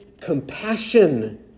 compassion